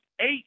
eight